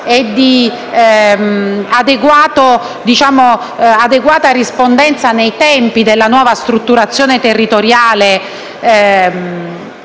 e adeguata rispondenza nei tempi della nuova strutturazione territoriale,